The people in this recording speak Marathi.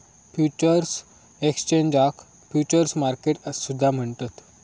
फ्युचर्स एक्सचेंजाक फ्युचर्स मार्केट सुद्धा म्हणतत